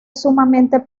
sumamente